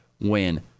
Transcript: win